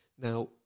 Now